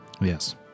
Yes